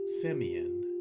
Simeon